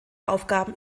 aufgaben